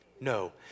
No